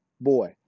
boy